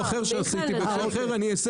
פעם נחום שהצליח